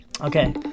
Okay